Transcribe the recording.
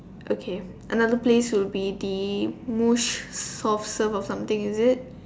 okay another place would be the mosh soft serve or something is it